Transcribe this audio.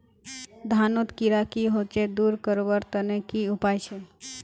धानोत कीड़ा की होचे दूर करवार तने की उपाय छे?